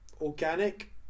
organic